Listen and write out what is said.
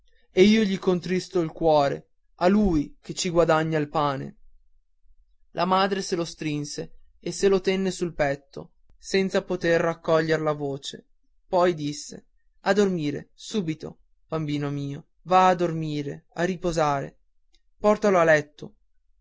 e io gli contristo il cuore a lui che ci guadagna il pane la madre se lo strinse e se lo tenne sul petto senza poter raccoglier la voce poi disse a dormire subito bambino mio va a dormire a riposare portalo a letto